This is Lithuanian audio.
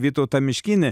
vytautą miškinį